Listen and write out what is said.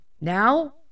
Now